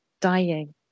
dying